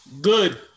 Good